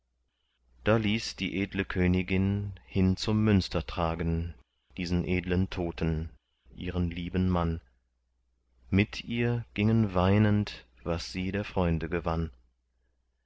da ließ die edle königin hin zum münster tragen diesen edlen toten ihren lieben mann mit ihr gingen weinend was sie der freunde gewann